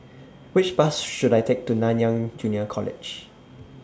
Which Bus should I Take to Nanyang Junior College